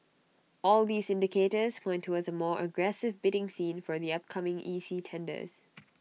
all these indicators point towards A more aggressive bidding scene for upcoming E C tenders